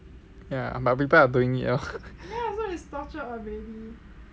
ya um but people are doing it lor